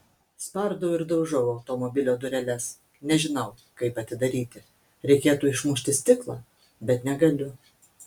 spardau ir daužau automobilio dureles nežinau kaip atidaryti reikėtų išmušti stiklą bet negaliu